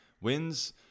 wins